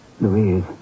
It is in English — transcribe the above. Louise